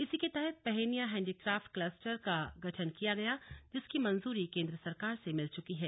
इसी के तहत पहेनिया हैंडीक्राफ्ट क्लस्टर का गठन किया गया जिसकी मंजूरी केंद्र सरकार से मिल चुकी है